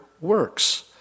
works